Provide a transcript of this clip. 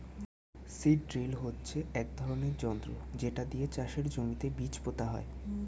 seed drill হচ্ছে এক ধরনের যন্ত্র যেটা দিয়ে চাষের জমিতে বীজ পোতা হয়